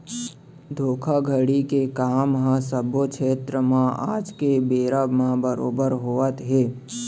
धोखाघड़ी के काम ह सब्बो छेत्र म आज के बेरा म बरोबर होवत हे